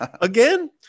again